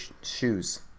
shoes